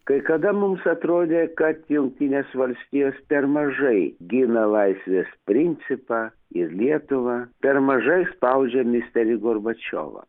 kai kada mums atrodė kad jungtinės valstijos per mažai gina laisvės principą ir lietuvą per mažai spaudžia misterį gorbačiovą